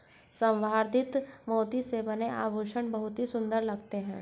संवर्धित मोती से बने आभूषण बहुत ही सुंदर लगते हैं